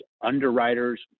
underwriters